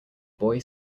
boy